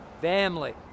family